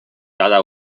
cada